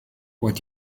what